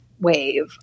wave